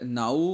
now